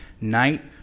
night